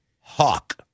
Hawk